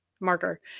marker